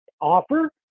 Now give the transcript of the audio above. offer